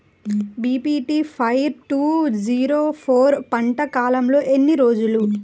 BPT five two zero four పంట కాలంలో ఎన్ని రోజులు?